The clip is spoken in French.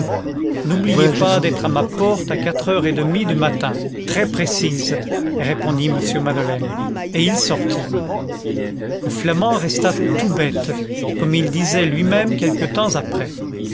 n'oubliez pas d'être à ma porte à quatre heures et demie du matin très précises répondit m madeleine et il sortit le flamand resta tout bête comme il disait lui-même quelque temps après